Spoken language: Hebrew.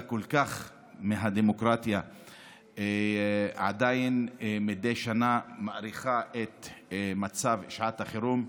כל כך מהדמוקרטיה ועדיין מאריכה מדי שנה את מצב החירום,